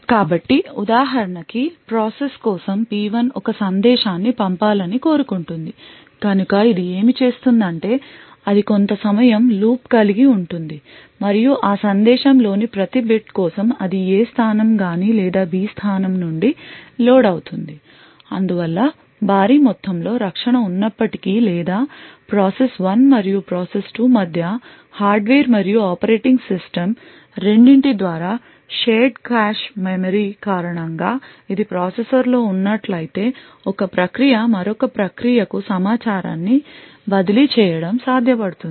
కాబట్టి ఉదాహరణ కి ప్రాసెస్ కోసం P1 ఒక సందేశాన్ని పంపాలని కోరుకుంటుంది కనుక ఇది ఏమి చేస్తుందంటే అది కొంత సమయం లూప్ కలిగి ఉంటుంది మరియు ఆ సందేశం లోని ప్రతి bit కోసం అది A స్థానం గాని లేదా B స్థానం నుండి లోడ్ అవుతుంది అందువల్ల భారీ మొత్తం లో రక్షణ ఉన్నప్పటికీ లేదా ప్రాసెస్ 1 మరియు ప్రాసెస్ 2 మధ్య హార్డ్వేర్ మరియు ఆపరేటింగ్ సిస్టమ్ రెండింటి ద్వారా షేర్డ్ కాష్ మెమరీ కారణంగా ఇది ప్రాసెసర్లో ఉన్నట్లయితే ఒక ప్రక్రియ మరొక ప్రక్రియ కు సమాచారాన్ని బదిలీ చేయడం సాధ్యపడుతుంది